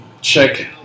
check